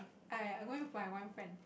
aiyah I going with my one friend